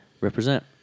represent